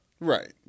Right